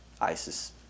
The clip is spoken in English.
Isis